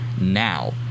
now